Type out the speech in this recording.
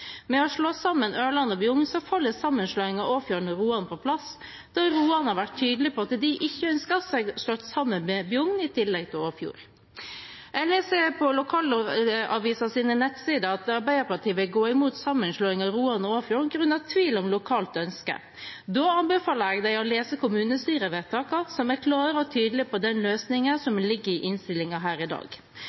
Med å slå sammen Ørland og Bjugn faller sammenslåingen av Åfjord og Roan på plass, da Roan har vært tydelig på at de ikke ønsker seg slått sammen med Bjugn i tillegg til Åfjord. Jeg har lest på lokalavisens nettsider at Arbeiderpartiet vil gå imot sammenslåing av Roan og Åfjord grunnet tvil om lokalt ønske. Da anbefaler jeg dem å lese kommunestyrevedtakene, som er klare og tydelige på den løsningen som ligger i innstillingen her i dag.